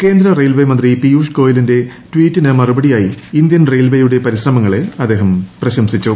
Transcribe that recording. കേന്ദ്ര റെയിൽവേ മന്ത്രി പിയൂഷ് ഗോയലിന്റെ ട്വീറ്റിന് മറുപടിയായി ഇന്ത്യൻ റെയിൽവേയുടെ പരിശ്രമങ്ങളെ അദ്ദേഹം പ്രശംസിച്ചു